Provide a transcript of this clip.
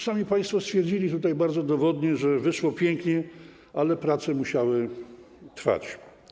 Szanowni państwo stwierdzili tutaj bardzo dowodnie, że wyszło pięknie, ale prace musiały trwać.